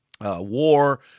war